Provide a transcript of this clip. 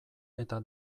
eta